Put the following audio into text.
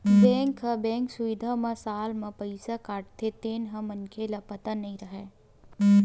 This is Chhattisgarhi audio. बेंक ह बेंक सुबिधा म साल म पईसा काटथे तेन ह मनखे ल पता नई रहय